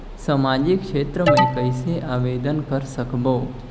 समाजिक क्षेत्र मे कइसे आवेदन कर सकबो?